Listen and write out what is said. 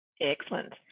excellent